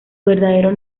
verdadero